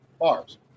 bars